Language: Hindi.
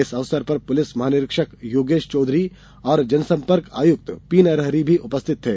इस अवसर पर पुलिस महानिरीक्षक योगेश चौधरी और जनसम्पर्क आयुक्त पी नरहरि भी उपस्थित थे